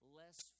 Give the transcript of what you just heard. less